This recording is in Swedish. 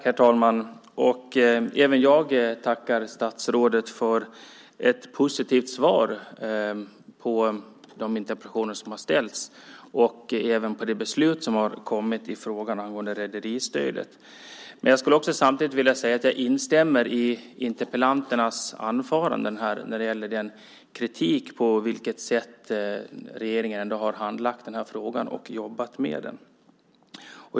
Herr talman! Även jag tackar statsrådet för ett positivt svar på de interpellationer som har ställts och även det beslut som har kommit i frågan om rederistödet. Jag skulle dock samtidigt vilja säga att jag instämmer i interpellanternas anföranden här när det gäller den kritik på vilket sätt regeringen har handlagt den här frågan och jobbat med den.